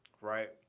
right